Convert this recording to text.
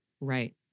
Right